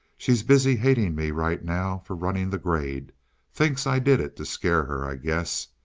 she's busy hating me right now for running the grade thinks i did it to scare her, i guess.